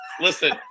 Listen